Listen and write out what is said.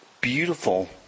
beautiful